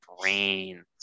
brain